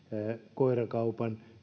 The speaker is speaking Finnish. koirakaupan